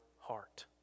heart